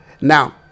Now